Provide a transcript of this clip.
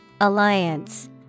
Alliance